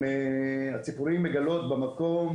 הציפורים מגלות במקום